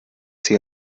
sich